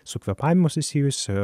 su kvėpavimu susijusių